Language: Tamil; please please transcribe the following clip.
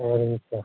சரிங்க சார்